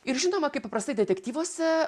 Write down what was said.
ir žinoma kaip paprastai detektyvuose